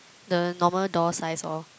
the normal door size lor